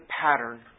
pattern